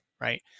right